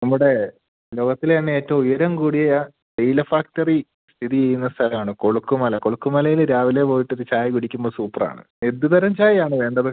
നമ്മുടെ ലോകത്തിൽ തന്നെ ഏറ്റവും ഉയരം കൂടിയ തേയില ഫാക്ടറി സ്ഥിതി ചെയ്യുന്ന സ്ഥലമാണ് കൊളുക്കുമല കൊളുക്കുമലയിൽ രാവിലെ പോയിട്ടൊരു ചായ കുടിക്കുമ്പോൾ സൂപ്പർ ആണ് എന്ത് തരം ചായയാണ് വേണ്ടത്